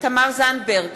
תמר זנדברג,